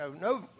No